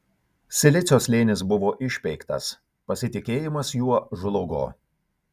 silicio slėnis buvo išpeiktas pasitikėjimas juo žlugo